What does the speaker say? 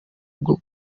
bwo